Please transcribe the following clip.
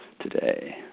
today